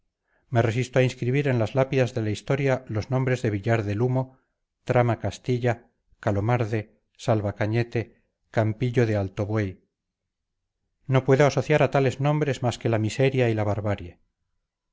me resisto a inscribir en las lápidas de la historia los nombres de villar del humo trama castilla calomarde salvacañete campillo de alto buey no puedo asociar a tales nombres más que la miseria y la barbarie